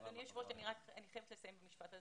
אדוני היושב ראש, אני חייבת לסיים את המשפט.